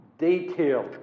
Detail